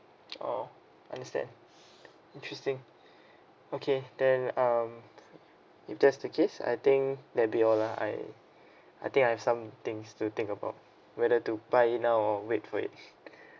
oh understand interesting okay then um if that's the case I think that'll be all lah I I think I have some things to think about whether to buy it now or wait for it